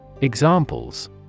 Examples